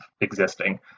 existing